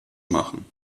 machen